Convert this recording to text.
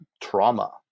trauma